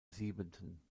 siebenten